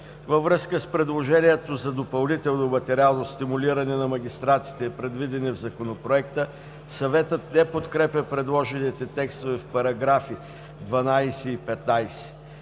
Във връзка с предложенията за допълнително материално стимулиране на магистратите, предвидени в Законопроекта, Съветът не подкрепя предложените текстове в § 12 и § 15.